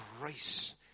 grace